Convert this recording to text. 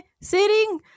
sitting